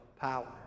power